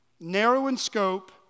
narrow-in-scope